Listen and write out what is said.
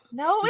no